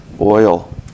oil